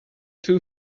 two